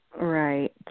Right